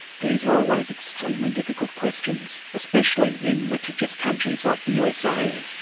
these are always extremely difficult questions, especially in litigious countries like the usa.